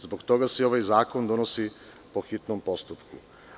Zbog toga se i ovaj zakon donosi po hitnom postupku.